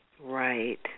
Right